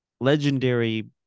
legendary